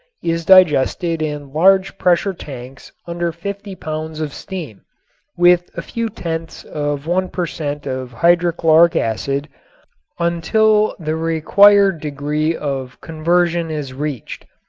is digested in large pressure tanks under fifty pounds of steam with a few tenths of one per cent. of hydrochloric acid until the required degree of conversion is reached.